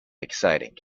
exciting